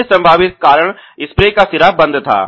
अन्य संभावित कारण स्प्रे का सिरा बंद था